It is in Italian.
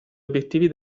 obbiettivi